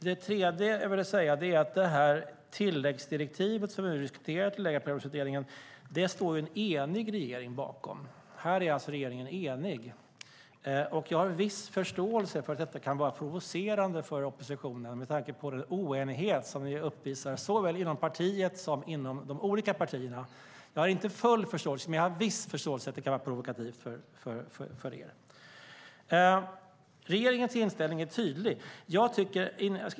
Det tredje jag ville säga är att det tilläggsdirektiv till Ägarprövningsutredningen som vi nu diskuterar står en enig regering bakom. Här är alltså regeringen enig. Jag har viss förståelse för att detta kan vara provocerande för oppositionen med tanke på den oenighet som ni uppvisar såväl inom partiet som mellan de olika partierna. Jag har inte full förståelse men viss förståelse för att det kan vara provokativt för er. Regeringens inställning är tydlig.